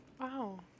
wow